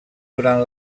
durant